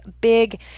big